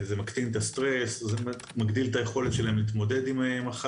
זה מקטין את הלחץ ומגדיל את היכולת שלהם להתמודד עם מחלות.